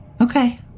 Okay